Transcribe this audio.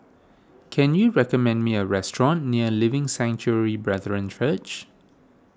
can you recommend me a restaurant near Living Sanctuary Brethren Church